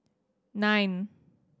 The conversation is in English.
nine